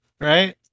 right